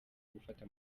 gufata